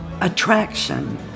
Attraction